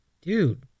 dude